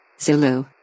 Zulu